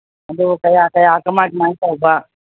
ꯑꯗꯣ ꯀꯌꯥ ꯀꯌꯥ ꯀꯃꯥꯏ ꯀꯃꯥꯏꯅ ꯇꯧꯕ